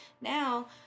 Now